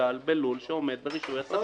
שתגודל בלול שעומד ברישוי העסקים.